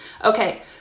Okay